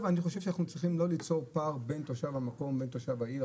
שאנחנו צריכים לא ליצור פער בין תושב המקום לתושב העיר,